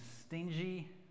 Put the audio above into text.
stingy